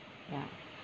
ya